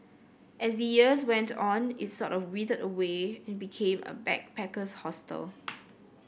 as the years went on it sort of withered away and became a backpacker's hostel